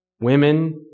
women